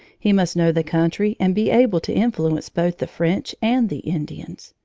he must know the country and be able to influence both the french and the indians.